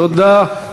תודה.